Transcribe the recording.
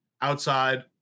outside